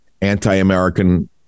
Anti-American